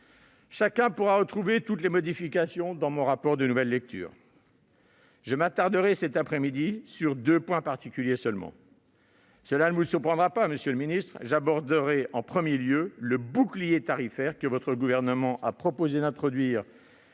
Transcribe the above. Chacun pourra retrouver toutes les modifications dans mon rapport de nouvelle lecture. Je mentionnerai cet après-midi uniquement deux points. Cela ne vous surprendra pas, monsieur le ministre, j'aborderai en premier lieu le « bouclier tarifaire » que votre gouvernement a proposé d'introduire